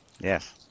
Yes